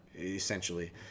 essentially